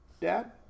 Dad